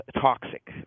toxic